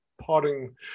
parting